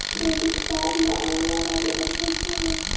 Credit card ल online आवेदन कैसे होब है?